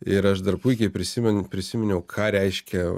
ir aš dar puikiai prisimen prisiminiau ką reiškia